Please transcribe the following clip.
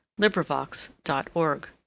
LibriVox.org